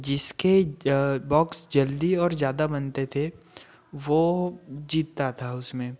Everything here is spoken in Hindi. जिसके बॉक्स जल्दी और ज्यादा बनते थे वो जीतता था उसमें